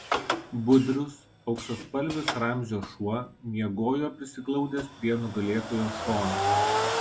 budrius auksaspalvis ramzio šuo miegojo prisiglaudęs prie nugalėtojo šono